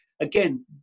Again